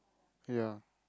ya